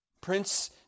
Prince